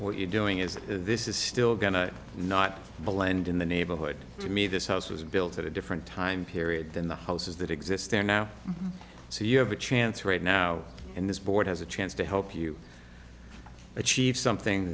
what you're doing is this is still going to not blend in the neighborhood to me this house was built at a different time period than the houses that exist there now so you have a chance right now and this board has a chance to help you achieve something